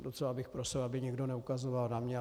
Docela bych prosil, aby někdo neukazoval na mě.